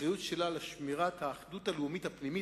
האחריות שלה לשמירת האחדות הלאומית הפנימית